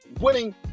winning